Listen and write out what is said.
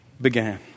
began